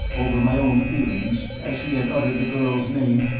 over my own feelings, as he had uttered the girl's name,